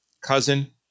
cousin